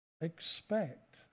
Expect